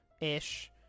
ish